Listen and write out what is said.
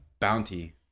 bounty